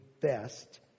best